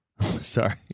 Sorry